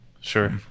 Sure